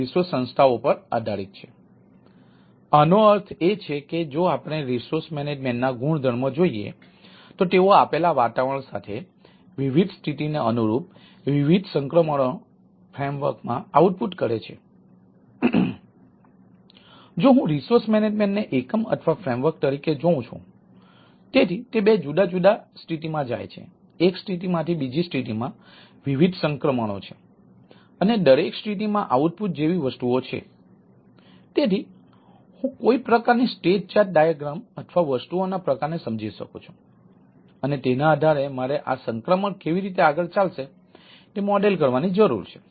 તેથી આનો અર્થ એ છે કે જો આપણે રિસોર્સ મેનેજમેન્ટ કરવાની જરૂર છે